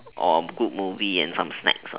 or good movie and some snacks